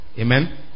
Amen